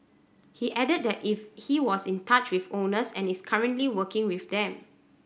he added that it he was in touch with owners and is currently working with them